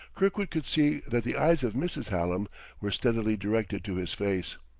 kirkwood could see that the eyes of mrs. hallam were steadily directed to his face.